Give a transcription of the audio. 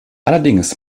allerdings